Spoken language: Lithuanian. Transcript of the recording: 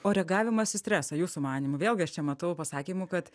o reagavimas į stresą jūsų manymu vėlgi aš čia matau pasakymų kad